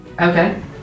Okay